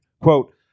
Quote